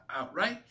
outright